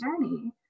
journey